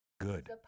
Good